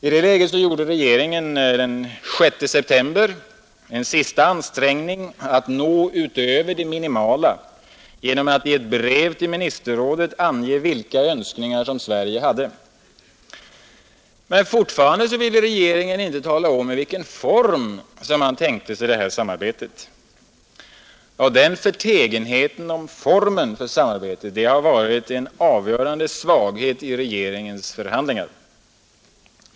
I det läget gjorde regeringen den 6 september en sista ansträngning att nå utöver det minimala genom att i ett brev till ministerrådet ange vilka önskningar Sverige hade. Men fortfarande ville regeringen inte tala om i vilken form man tänkte sig detta samarbete. Den förtegenheten om formen för samarbetet har varit en avgörande svaghet i regeringens förhandlingar.